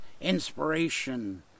inspiration